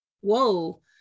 whoa